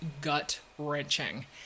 gut-wrenching